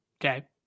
Okay